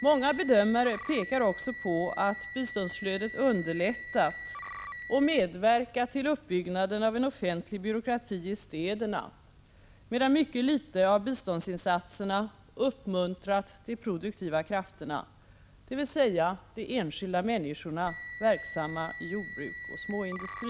Många bedömare pekar också på att biståndsflödet underlättat och medverkat till uppbyggnaden av en offentlig byråkrati i städerna medan mycket litet av biståndsinsatserna uppmuntrat de produktiva krafterna, dvs. de enskilda människorna verksamma i jordbruk och småindustri.